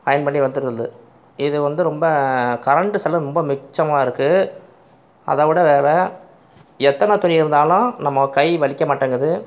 iron பண்ணி வந்துவிடுது இது வந்து ரொம்ப கரண்ட் செலவு ரொம்ப மிச்சமாகியிருக்கு அதை விட மேல் எத்தனை துணி இருந்தாலும் நம்ம கை வலிக்க மாட்டேங்குது